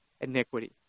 iniquity